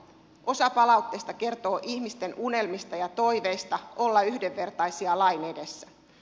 osa palautteesta kertoo ihmisten unelmista ja toiveista olla yhdenvertaisia lain edessä